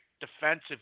defensive